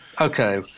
Okay